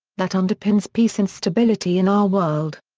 that underpins peace and stability in our world.